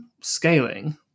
scaling